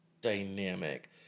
dynamic